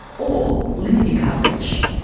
or limit your coverage.